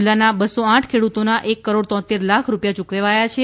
જિલ્લાના બસો આઠ ખેડૂતોના એક કરોડ તોંતેર લાખ રૂપિયા યુકવાયા છે